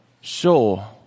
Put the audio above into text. Sure